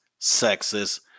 sexist